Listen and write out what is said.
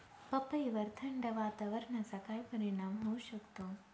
पपईवर थंड वातावरणाचा काय परिणाम होऊ शकतो?